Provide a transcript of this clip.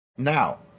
Now